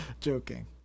Joking